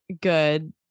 good